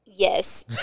Yes